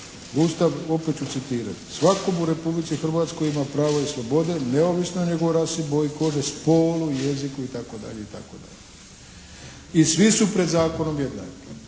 Ustav, opet ću citirati: "Svako u Republici Hrvatskoj ima pravo i slobode neovisno o njegovoj rasi, boji kože, spolu, jeziku" i tako dalje i tako dalje. I svi su pred zakonom jednaki.